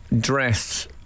dress